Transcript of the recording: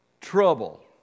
Trouble